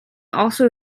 also